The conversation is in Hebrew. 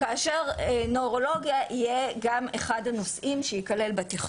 כאשר נוירולוגיה יהיה גם אחד הנושאים שייכלל בתכנון.